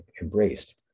embraced